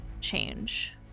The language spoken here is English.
change